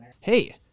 Hey